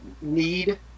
need